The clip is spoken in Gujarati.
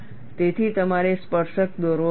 તેથી તમારે સ્પર્શક દોરવો પડશે